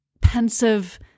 pensive